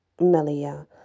Melia